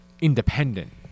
independent